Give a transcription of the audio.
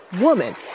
Woman